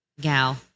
gal